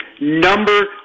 number